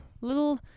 little